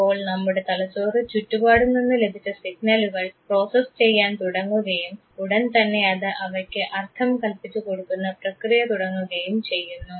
അപ്പോൾ നമ്മളുടെ തലച്ചോറ് ചുറ്റുപാടും നിന്ന് ലഭിച്ച സിഗ്നലുകൾ പ്രോസസ് ചെയ്യാൻ തുടങ്ങുകയും ഉടൻതന്നെ അത് അവയ്ക്ക് അർത്ഥം കൽപ്പിച്ചുകൊടുക്കുന്ന പ്രക്രിയ തുടങ്ങുകയും ചെയ്യുന്നു